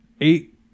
Eight